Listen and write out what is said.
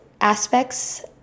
aspects